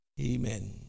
Amen